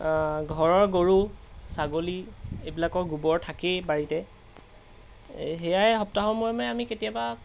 ঘৰৰ গৰু ছাগলী এইবিলাকৰ গোবৰ থাকেই বাৰীতে সেয়াই সপ্তাহৰ মূৰে মূৰে আমি কেতিয়াবা